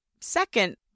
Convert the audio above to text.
second